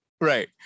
right